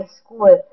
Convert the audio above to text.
school